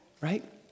right